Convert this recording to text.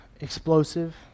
explosive